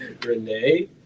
Renee